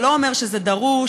זה לא אומר שזה דרוש.